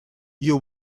you